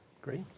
Great